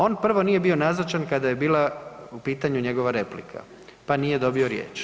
On prvo nije bio nazočan kada je bila u pitanju njegova replika, pa nije dobio riječ.